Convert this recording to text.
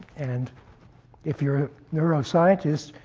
and if you're a neuroscientist,